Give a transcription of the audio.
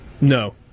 No